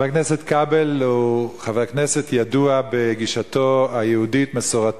חבר הכנסת כבל הוא חבר כנסת הידוע בגישתו היהודית-מסורתית,